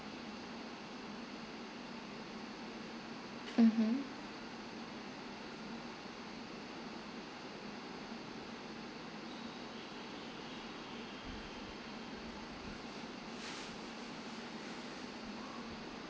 mmhmm